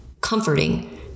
comforting